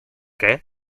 què